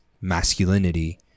masculinity